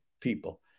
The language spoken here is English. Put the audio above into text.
people